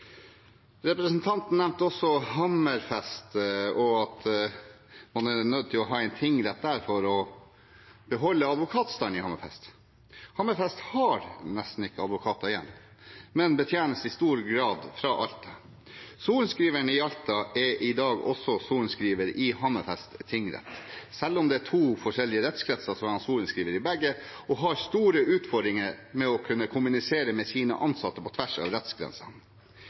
Representanten nevnte også Hammerfest og at man er nødt til å ha en tingrett der for å beholde advokatstanden i Hammerfest. Hammerfest har nesten ikke advokater igjen, men betjenes i stor grad fra Alta. Sorenskriveren i Alta er i dag også sorenskriver i Hammerfest tingrett. Selv om det er to forskjellige rettskretser, er han sorenskriver i begge og har store utfordringer med å kunne kommunisere med sine ansatte på tvers av rettsgrensene.